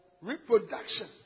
reproduction